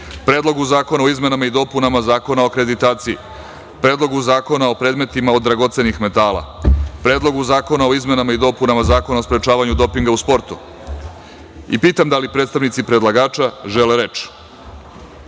Predlogu zakona o izmenama i dopunama Zakona o akreditaciji, Predlogu zakona o predmetima dragocenih metala, Predlogu zakona o izmenama i dopunama Zakona o sprečavanju dopinga u sportu. Pitam da li predstavnici predlagača žele reč? Reč